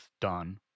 done